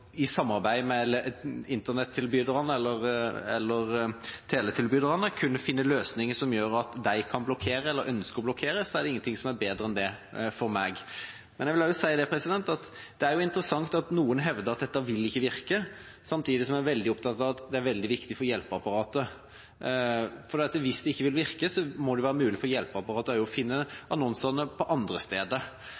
i samarbeid med Internett-tilbyderne eller teletilbyderne finne løsninger som gjør at de kan blokkere eller ønske å blokkere, så er det ingenting som er bedre enn det for meg. Men jeg vil også si at det er interessant at noen hevder at dette ikke vil virke, samtidig som en er veldig opptatt av at det er veldig viktig for hjelpeapparatet. Hvis det ikke vil virke, må det være mulig for hjelpeapparatet også å finne